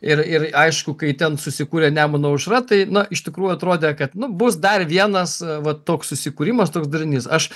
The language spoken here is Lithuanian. ir ir aišku kai ten susikūrė nemuno aušra tai na iš tikrųjų atrodė kad nu bus dar vienas va toks susikūrimas toks darinys aš